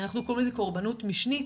אנחנו קוראים לזה קורבנות משנית,